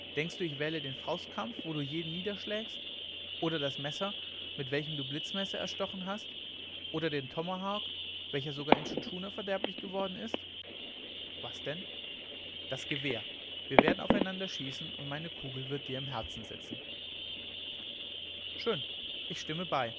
denkst du ich wähle den faustkampf wo du jeden niederschlägst oder das messer mit welchem du blitzmesser erstochen hast oder den tomahawk welcher sogar intschu tschuna verderblich geworden ist was denn das gewehr wir werden auf einander schießen und meine kugel wird dir im herzen sitzen schön ich stimme bei